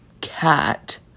cat